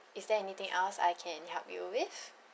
is there anything else I can help you with